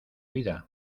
vida